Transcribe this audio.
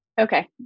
Okay